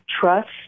trust